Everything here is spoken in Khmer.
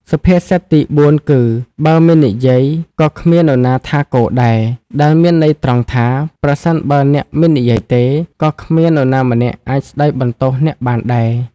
សុភាសិតទីបួនគឺ បើមិននិយាយ ក៏គ្មាននរណាថាគដែរ ដែលមានន័យត្រង់ថា ប្រសិនបើអ្នកមិននិយាយទេ ក៏គ្មាននរណាម្នាក់អាចស្តីបន្ទោសអ្នកបានដែរ។